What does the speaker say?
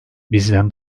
bizden